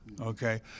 Okay